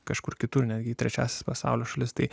kažkur kitur netgi trečias pasaulio šalis tai